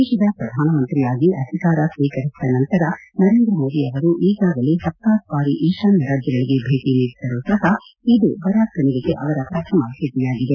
ದೇಶದ ಪ್ರಧಾನಮಂತ್ರಿಯಾಗಿ ಅಧಿಕಾರ ಸ್ವೀಕರಿಸಿದ ನಂತರ ನರೇಂದ್ರ ಮೋದಿ ಅವರು ಈಗಾಗಲೇ ಹತ್ತಾರು ಬಾರಿ ಈಶಾನ್ಯ ರಾಜ್ಯಗಳಿಗೆ ಭೇಟಿ ನೀಡಿದ್ದರೂ ಸಹ ಇದು ಬರಾಕ್ ಕಣಿವೆಗೆ ಅವರ ಪ್ರಥಮ ಭೇಟಿಯಾಗಿದೆ